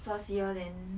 first year then